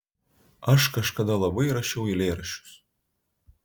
aš kažkada labai rašiau eilėraščius